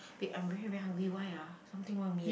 babe I'm very very hungry why ah something wrong with me eh